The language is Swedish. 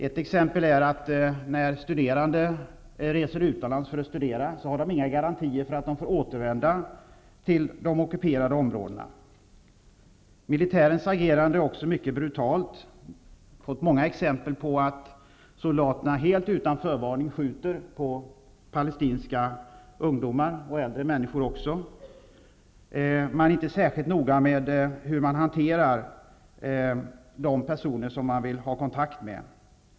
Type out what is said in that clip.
Ett exempel är att studerande när de reser utomlands för att studera inte har några garantier för att de får återvända till de ockuperade områdena. Militärens agerande är också mycket brutalt. Vi har fått många exempel på att soldaterna helt utan förvarning skjuter på palestinska ungdomar och också på äldre människor. Man är inte särskilt noga med hur man hanterar de personer man vill ha kontakt med.